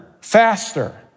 Faster